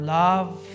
love